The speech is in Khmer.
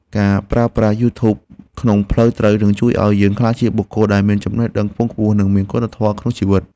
ការប្រើប្រាស់យូធូបក្នុងផ្លូវត្រូវនឹងជួយឱ្យយើងក្លាយជាបុគ្គលដែលមានចំណេះដឹងខ្ពង់ខ្ពស់ និងមានគុណធម៌ក្នុងជីវិត។